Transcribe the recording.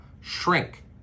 shrink